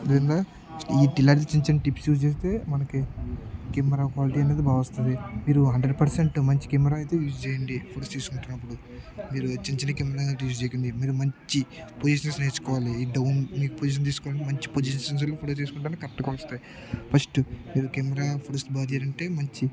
ఇంకా ఈ పిలారి చిన్న చిన్న టిప్స్ యూస్ చేస్తే మనకు కెమెరా క్వాలిటీ అనేది బాగా వస్తుంది మీరు హండ్రెడ్ పర్సెంట్ మంచి కెమెరా అయితే యూస్ చేయండి ఫొటోస్ తీసుకుంటున్నప్పుడు మీరు చిన్న చిన్న కెమెరా అయితే యూస్ చేయకండి మీరు మంచి పొజిషన్స్ నేర్చుకోావాలి డౌన్ మీకు పొజిషన్ తీసుకోవాలని మంచి పొజిషన్స్లో ఫొటో తీసుకుంటానికి కరెక్ట్గా వస్తాయి ఫస్ట్ మీరు కెమెరా ఫొటోస్ బాగా తీయాలంటే మంచి